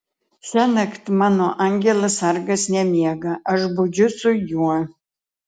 šiąnakt mano angelas sargas nemiega aš budžiu su juo